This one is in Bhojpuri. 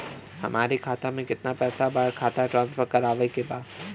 हमारे खाता में कितना पैसा बा खाता ट्रांसफर करावे के बा?